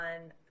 on